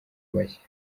bashya